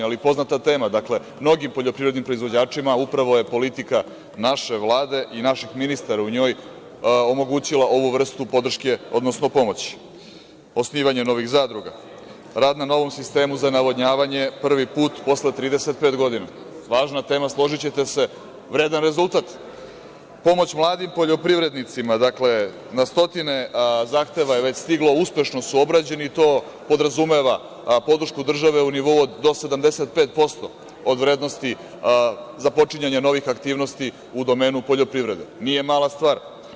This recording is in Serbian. Ali, poznata tema, dakle mnogim poljoprivrednim proizvođačima upravo je politika naše Vlade i naših ministara u njoj omogućila ovu vrstu podrške, odnosno pomoći, osnivanje novih zadruga, rad na novom sistemu za navodnjavanje prvi put posle 35 godina, važna tema složićete se, vredan rezultat, pomoć mladim poljoprivrednicima, na stotine zahteva je već stiglo, uspešno su obrađeni i to podrazumeva podršku države u nivou do 75% od vrednosti započinjanja novih aktivnosti u domenu poljoprivrede nije mala stvar.